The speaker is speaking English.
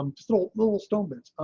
i'm still little stone minutes.